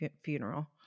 funeral